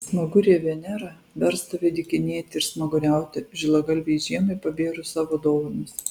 smagurė venera vers tave dykinėti ir smaguriauti žilagalvei žiemai pabėrus savo dovanas